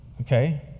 Okay